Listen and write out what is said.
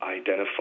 identify